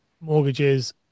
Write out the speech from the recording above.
mortgages